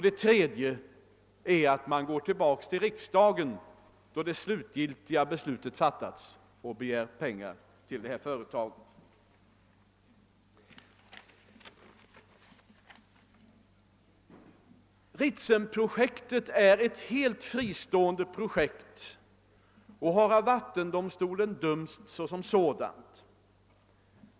Det tredje är att man går tillbaka till riksdagen då det slutgiltiga avgörandet fattats och begär pengar till företaget. Ritsemprojektet är ett helt fristående projekt och har av vattendomstolen bedömts som ett sådant.